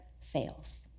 fails